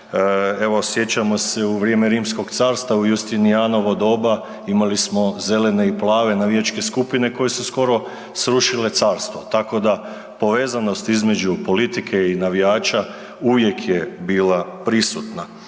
evo sjećamo se u vrijeme Rimskog carstva u Justinijanovo doba imali smo zelene i plave navijačke skupine koje su skoro srušile carstvo. Tako da povezanost između politike i navijača uvijek je bila prisutan.